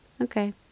okay